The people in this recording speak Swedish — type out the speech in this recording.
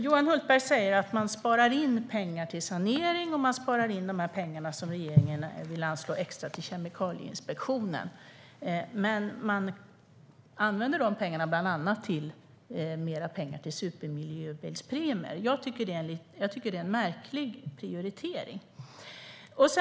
Johan Hultberg säger att man sparar in pengar till sanering, och man sparar in pengarna som regeringen vill anslå extra till Kemikalieinspektionen. De pengarna använder man bland annat till supermiljöbilspremier. Jag tycker att det är en märklig prioritering.